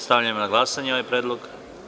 Stavlj am na glasanje ovaj predlog.